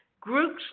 groups